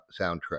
soundtrack